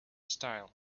style